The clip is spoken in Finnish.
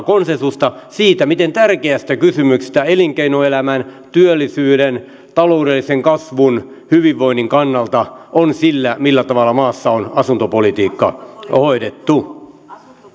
konsensusta siitä miten tärkeästä kysymyksestä elinkeinoelämän työllisyyden taloudellisen kasvun hyvinvoinnin kannalta on sillä millä tavalla maassa on asuntopolitiikka hoidettu